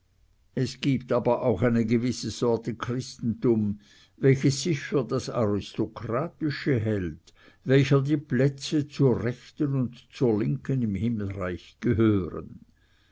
es gibt aber auch eine gewisse sorte christentum welches sich für das aristokratische hält welcher die plätze zur rechten und zur linken im himmelreich gehören